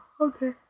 Okay